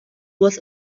was